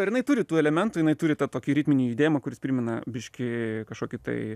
ir jinai turi tų elementų jinai turi tą tokį ritminį judėjimą kuris primena biškį kažkokį tai